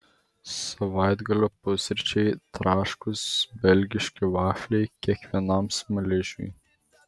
savaitgalio pusryčiai traškūs belgiški vafliai kiekvienam smaližiui